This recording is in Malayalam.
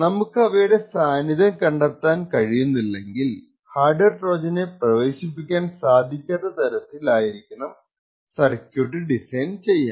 നമുക്കവയുടെ സാനിധ്യം കണ്ടെത്താൻ കഴിയുന്നില്ലെങ്കിൽഹാർഡ്വെയർ ട്രോജനെ പ്രേവേശിപ്പിക്കാൻ സാധികാത്ത തരത്തിൽ ആയിരിക്കണം സര്ക്യൂട് ഡിസൈൻ ചെയ്യാൻ